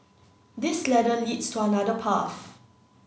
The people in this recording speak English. this ladder leads to another path